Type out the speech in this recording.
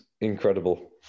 incredible